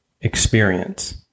experience